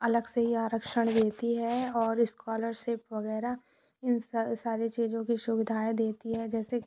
अलग से ही आरक्षण देती है और इस्कॉलरशिप वग़ैरह इन सारी चीज़ों की सुविधाएँ देती है जैसे